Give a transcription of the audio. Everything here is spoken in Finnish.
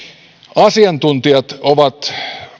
asiantuntijat ovat